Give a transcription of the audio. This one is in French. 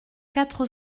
quatre